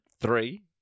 three